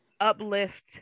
uplift